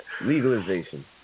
Legalization